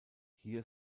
hier